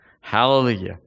Hallelujah